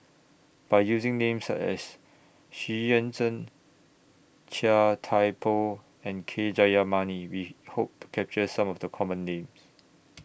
By using Names such as Xu Yuan Zhen Chia Thye Poh and K Jayamani We Hope to capture Some of The Common Names